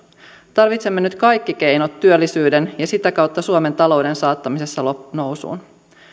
tarvitsemme nyt kaikki keinot työllisyyden ja sitä kautta suomen talouden saattamiseksi nousuun